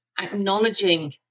acknowledging